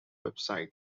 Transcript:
website